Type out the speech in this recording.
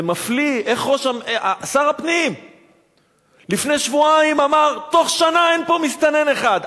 זה מפליא איך שר הפנים לפני שבועיים אמר: תוך שנה אין פה מסתנן אחד,